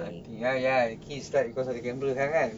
nanti ya ya the kids cause of the camera sangat kan